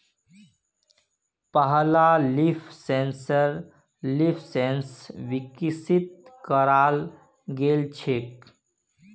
पहला leaf sensor leafsense स विकसित कराल गेल छेक